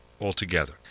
altogether